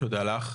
תודה לך,